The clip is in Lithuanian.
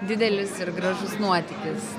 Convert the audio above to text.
didelis ir gražus nuotykis